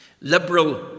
Liberal